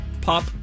Pop